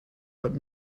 but